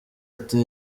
ati